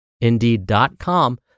Indeed.com